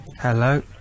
Hello